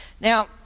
Now